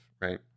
right